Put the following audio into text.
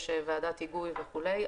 יש ועדת היגוי וכולי,